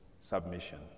submission